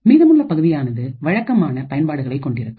மீதமுள்ள பகுதியானது வழக்கமான பயன்பாடுகளை கொண்டிருக்கும்